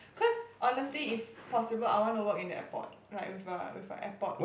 cause honestly if possible I wanna work in the airport like with a with a airport